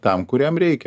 tam kuriam reikia